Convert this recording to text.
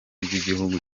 ry’igihugu